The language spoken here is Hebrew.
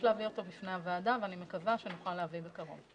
להביא אותו בפני הוועדה ואני מקווה שנוכל להביא בקרוב.